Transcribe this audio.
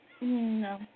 No